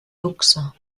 luxe